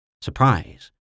Surprise